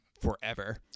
forever